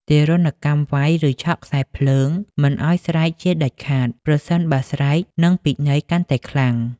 ទារុណកម្មវៃ ឬឆក់ខ្សែរភ្លើងមិនឱ្យស្រែកជាដាច់ខាត ប្រសិនបើស្រែកនិងពិន័យកាន់តែខ្លាំង។